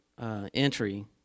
entry